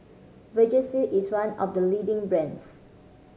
Vagisil is one of the leading brands